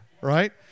Right